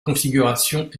configurations